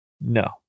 No